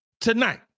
tonight